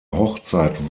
hochzeit